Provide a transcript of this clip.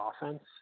offense